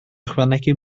ychwanegu